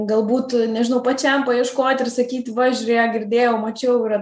galbūt nežinau pačiam paieškoti ir sakyti va žiūrėk girdėjau mačiau yra